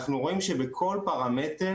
אנחנו רואים שבכל פרמטר